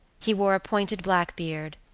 he wore a pointed black beard,